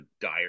dire